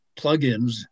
plugins